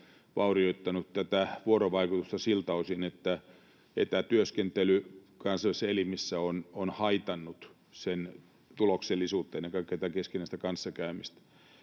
vaurioittanut tätä vuorovaikutusta siltä osin, että etätyöskentely kansainvälisissä elimissä on haitannut niiden tuloksellisuutta, ennen kaikkea tätä keskinäistä kanssakäymistä.